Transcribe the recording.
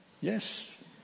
Yes